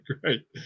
great